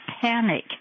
panic